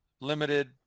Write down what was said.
limited